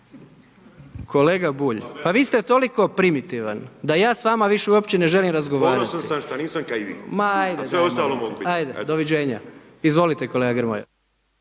Kolega Bulj pa vi ste toliko primitivan, da ja s vama više uopće ne želim razgovarati. …/Upadica Bulj: Ponosan sam ka i vi a sve ostalo mogu biti./… Ma ajde doviđenja. Izvolite kolega Grmoja.